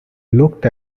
looked